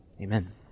Amen